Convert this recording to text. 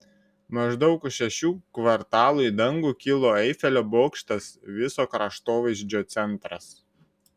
maždaug už šešių kvartalų į dangų kilo eifelio bokštas viso kraštovaizdžio centras